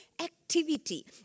activity